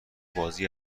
بازی